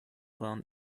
bahn